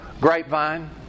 Grapevine